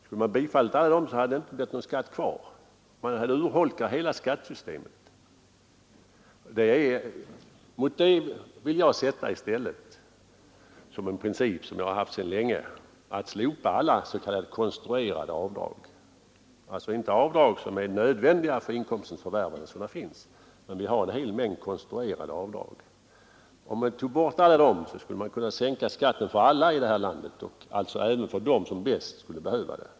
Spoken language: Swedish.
Skulle man ha bifallit alla dessa, hade det inte blivit någon skatt kvar. Man skulle då ha urholkat hela skattesystemet. Jag vill i stället hävda den principen, som jag omfattat sedan länge, att alla konstruerade avdrag skall slopas. Jag syftar då inte på avdrag som är nödvändiga för inkomstens förvärvande — sådana finns. Om man tog bort alla de konstruerade avdragen, skulle man kunna sänka skatten för alla i vårt land, alltså även för dem som bäst skulle behöva det.